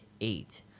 Eight